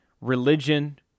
religion